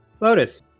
Lotus